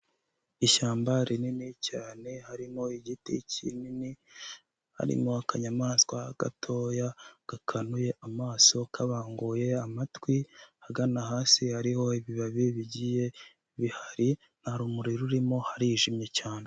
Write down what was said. Ishyamba rinini cyane, harimo igiti kinini, harimo akanyamaswa gatoya gakanuye amaso kabanguye amatwi, ahagana hasi hariho ibibabi bigiye bihari. Nta rumuri rurimo harijimye cyane.